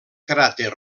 cràter